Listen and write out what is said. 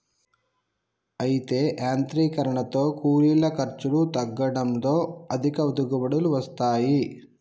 అయితే యాంత్రీకరనతో కూలీల ఖర్చులు తగ్గడంతో అధిక దిగుబడులు వస్తాయి